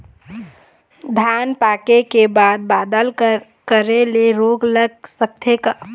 धान पाके के बाद बादल करे ले रोग लग सकथे का?